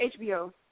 HBO